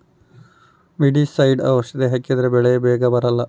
weedicide ಔಷಧಿ ಹಾಕಿದ್ರೆ ಕಳೆ ಬೇಗ ಬರಲ್ಲ